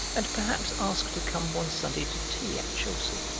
and perhaps asked to come one sunday to tea at chelsea.